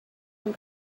him